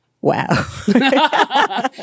Wow